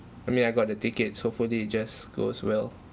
I mean I got the tickets hopefully it just goes well